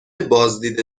بازدید